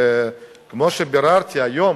כמו שביררתי היום,